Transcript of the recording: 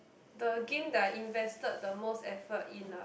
the game that I invested the most effort in lah